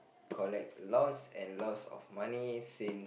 collect lots of and lots of money since